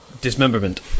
Dismemberment